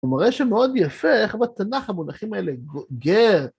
הוא מראה שמאוד יפה איך בתנ״ך המונחים האלה גר.